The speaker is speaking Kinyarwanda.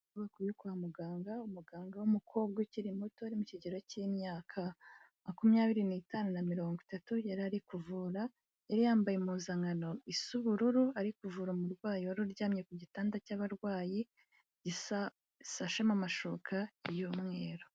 Inyubako yo kwa muganga, umuganga w'umukobwa ukiri muto ari mu kigero cy'imyaka makumyabiri na mirongo itatu yari ari kuvura, yari yambaye impuzankano isa ubururu, ari kuvura umurwayi wari uryamye ku gitanda cy'abarwayi gisasheho amashuka y'umweru.